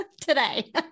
Today